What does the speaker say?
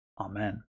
Amen